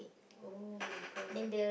!oh-my-God!